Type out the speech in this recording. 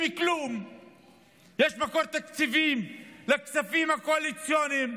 כלום ויש מקור תקציבי לכספים הקואליציוניים,